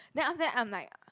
then after that I'm like